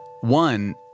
One